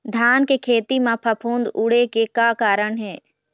धान के खेती म फफूंद उड़े के का कारण हे?